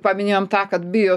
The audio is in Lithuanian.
paminėjom tą kad bijo